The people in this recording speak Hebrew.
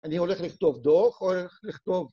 אני הולך לכתוב דוח הולך לכתוב